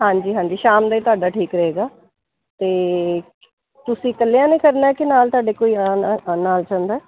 ਹਾਂਜੀ ਹਾਂਜੀ ਸ਼ਾਮ ਦੇ ਤੁਹਾਡਾ ਠੀਕ ਰਹੇਗਾ ਅਤੇ ਤੁਸੀਂ ਇਕੱਲਿਆਂ ਨੇ ਕਰਨਾ ਕਿ ਨਾਲ ਤੁਹਾਡੇ ਕੋਈ ਆਉਣਾ ਨਾਲ ਚਾਹੁੰਦਾ